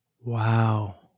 Wow